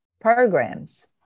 programs